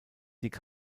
dick